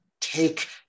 take